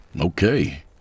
Okay